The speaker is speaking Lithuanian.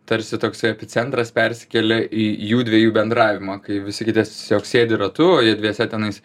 tarsi toksai epicentras persikėlė į jų dviejų bendravimą kai visi kiti tiesiog sėdi ratu o jie dviese tenais